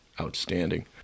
outstanding